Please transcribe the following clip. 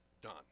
done